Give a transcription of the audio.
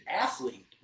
athlete